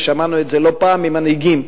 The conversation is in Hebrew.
ושמענו את זה לא פעם ממנהיגים,